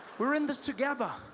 we are in this together